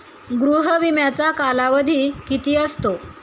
गृह विम्याचा कालावधी किती असतो?